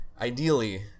Ideally